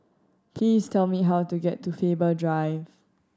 please tell me how to get to Faber Drive